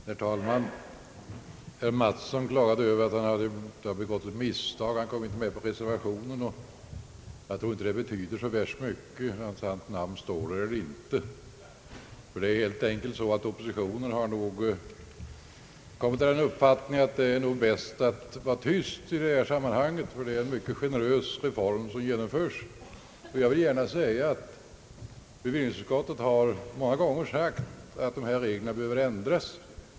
Herr talman! Herr Mattsson klagade över att det begåtts ett misstag och att hans namn inte kommit med på reservationen. Jag tror inte det betyder: så värst mycket om hans namn står där eller inte. Oppositionen :har nog kommit till den uppfattningen att det är bäst att vara tyst i detta sammanhang. Det är nämligen en mycket generös reform som föreslås. Jag vill gärna framhålla att vi inom bevillningsutskottet många gånger har sagt att dessa regler behöver ändras.